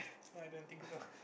no I don't think so